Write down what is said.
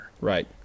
Right